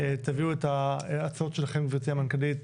תביאו את ההצעות שלכם גבירתי המנכ"לית